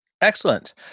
Excellent